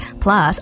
Plus